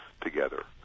together